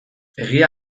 egia